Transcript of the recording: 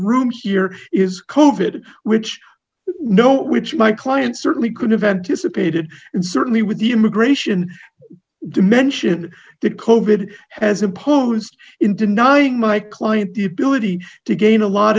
room here is kovac which no which my client certainly could have anticipated and certainly with the immigration dimension decoded has imposed in denying my client the ability to gain a lot